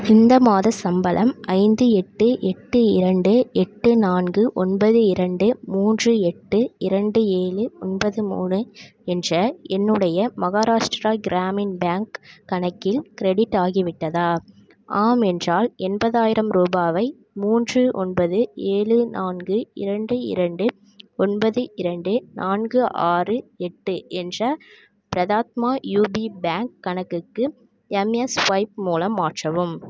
இந்த மாத சம்பளம் ஐந்து எட்டு எட்டு இரண்டு எட்டு நான்கு ஒன்பது இரண்டு மூன்று எட்டு இரண்டு ஏழு ஒன்பது மூணு என்ற என்னுடைய மஹாராஷ்ட்ரா கிராமின் பேங்க் கணக்கில் க்ரெடிட் ஆகிவிட்டதா ஆம் என்றால் எண்பதாயிரம் ரூபாவை மூன்று ஒன்பது ஏழு நான்கு இரண்டு இரண்டு ஒன்பது இரண்டு நான்கு ஆறு எட்டு என்ற பிரதாத்மா யூபி பேங்க் கணக்குக்கு எம்எஸ்ஸ்வைப் மூலம் மாற்றவும்